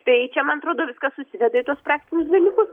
tai čia man atrodo viskas susiveda į tuos praktinius dalykus